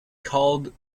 called